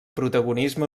protagonisme